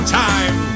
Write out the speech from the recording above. time